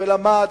והוא למד,